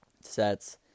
sets